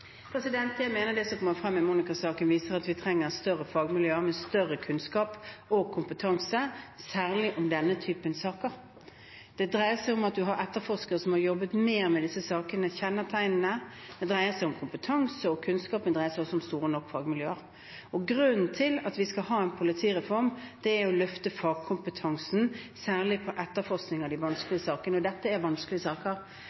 som kommer frem i Monika-saken, viser at vi trenger større fagmiljøer, med større kunnskap og kompetanse – særlig i denne typen saker. Det dreier seg om at man har etterforskere som har jobbet mer med disse sakene og kjennetegnene, det dreier seg om kompetanse og kunnskap, men det dreier seg også om store og nok fagmiljøer. Grunnen til at vi skal ha en politireform, er å løfte fagkompetansen, særlig på etterforskning av de vanskelige sakene, og dette er vanskelige saker.